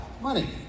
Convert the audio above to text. Money